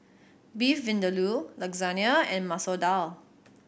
Beef Vindaloo Lasagna and Masoor Dal